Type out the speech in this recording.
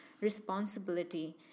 responsibility